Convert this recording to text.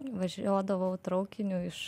važiuodavau traukiniu iš